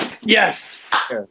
Yes